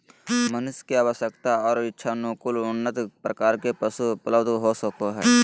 मनुष्य के आवश्यकता और इच्छानुकूल उन्नत प्रकार के पशु उपलब्ध हो सको हइ